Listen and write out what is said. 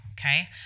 Okay